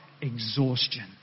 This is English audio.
exhaustion